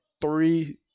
three